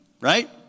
right